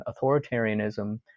authoritarianism